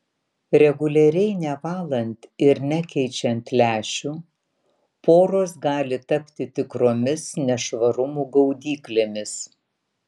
reguliariai nevalant ir nekeičiant lęšių poros gali tapti tikromis nešvarumų gaudyklėmis